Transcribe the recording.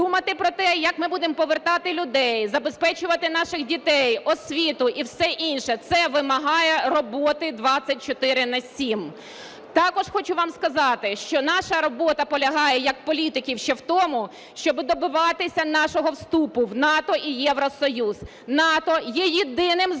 думати про те, як ми будемо повертати людей, забезпечувати наших дітей, освіту і все інше. Це вимагає роботи 24/7. Також хочу вам сказати, що наша робота полягає як політиків ще в тому, щоб добиватися нашого вступу в НАТО і Євросоюз. НАТО є єдиним захистом